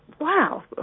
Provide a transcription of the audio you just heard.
wow